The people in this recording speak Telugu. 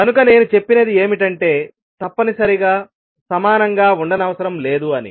కనుక నేను చెప్పినది ఏమిటంటే తప్పనిసరిగా సమానంగా ఉండనవసరం లేదు అని